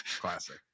Classic